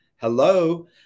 hello